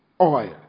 oil